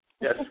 Yes